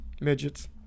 Midgets